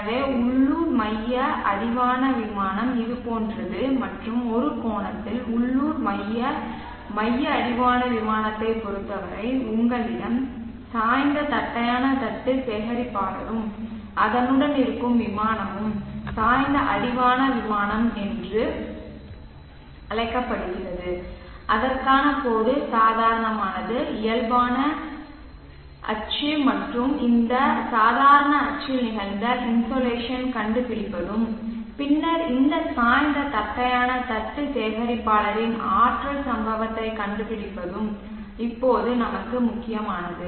எனவே உள்ளூர் மைய மைய அடிவான விமானம் இது போன்றது மற்றும் ஒரு கோணத்தில் உள்ளூர் மைய மைய அடிவான விமானத்தைப் பொறுத்தவரை உங்களிடம் சாய்ந்த தட்டையான தட்டு சேகரிப்பாளரும் அதனுடன் இருக்கும் விமானமும் சாய்ந்த அடிவான விமானம் என்று அழைக்கப்படுகிறது அதற்கான கோடு சாதாரணமானது இயல்பான இயல்பான அச்சு மற்றும் இந்த சாதாரண அச்சில் நிகழ்ந்த இன்சோலேஷனைக் கண்டுபிடிப்பதும் பின்னர் இந்த சாய்ந்த தட்டையான தட்டு சேகரிப்பாளரின் ஆற்றல் சம்பவத்தைக் கண்டுபிடிப்பதும் இப்போது நமக்கு முக்கியமானது